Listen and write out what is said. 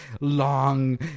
long